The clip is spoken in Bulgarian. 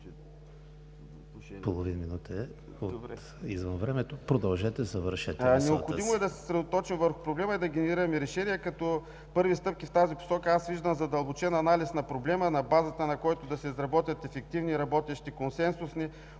справим с този проблем – задържането на кадри. Необходимо е да се съсредоточим върху проблема и да генерираме решения. Като първи стъпки в тази посока аз виждам в задълбочен анализ на проблема, на базата на който да се изработят ефективни, работещи, консенсусни,